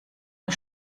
der